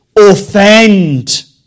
offend